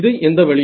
இது எந்த வழி